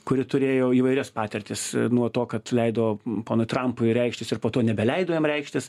kuri turėjo įvairias patirtis nuo to kad leido ponui trampui reikštis ir po to nebeleido jam reikštis